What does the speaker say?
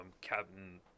captain